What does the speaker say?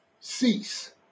cease